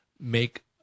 make